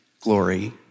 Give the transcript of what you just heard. glory